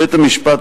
בית-המשפט,